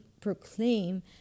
proclaim